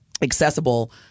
accessible